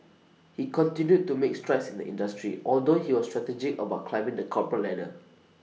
he continued to make strides in the industry although he was strategic about climbing the corporate ladder